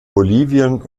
bolivien